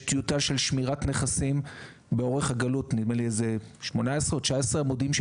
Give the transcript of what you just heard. יש טיוטה של שמירת נכסים באורך 18 או 19 עמודים,